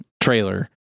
trailer